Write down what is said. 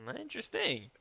interesting